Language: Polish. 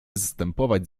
zstępować